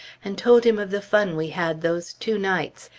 and told him of the fun we had those two nights,